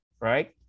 right